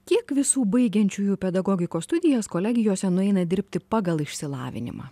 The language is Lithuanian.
kiek visų baigiančiųjų pedagogikos studijas kolegijose nueina dirbti pagal išsilavinimą